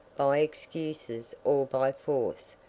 by excuses or by force,